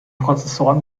prozessoren